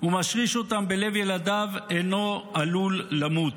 ומשריש אותם בלב ילדיו אינו עלול למות,